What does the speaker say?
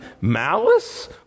malice